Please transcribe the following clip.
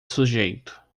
sujeito